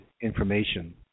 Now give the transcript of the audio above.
information